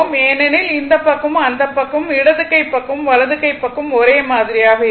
ஏனெனில் இந்த பக்கமும் அந்த பக்கமும் இடது கை பக்கமும் வலது கை பக்கமும் ஒரே மாதிரியாக இருக்கும்